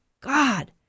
God